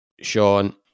Sean